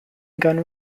gun